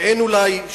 שאין אולי,